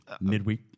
Midweek